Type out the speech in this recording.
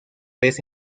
vez